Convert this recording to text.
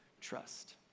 trust